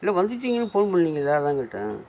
இல்லை வந்துட்டீங்கன்னு போன் பண்ணீங்கல்ல அதுதான் கேட்டேன்